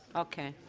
okay.